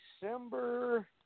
December